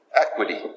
equity